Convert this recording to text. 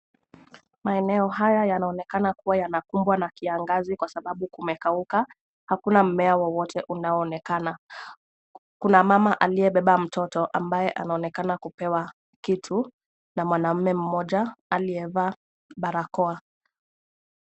Maeneo haya yanaonekana kuwa yanakongwa na kiangazi kwa sababu kumekauka. Hakuna mmea wowote unaoonekana. Kuna mama aliyebeba mtoto ambaye anaonekana kupewa kitu na mwanamme mmoja aliyevaa barakoa.